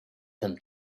them